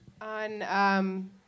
On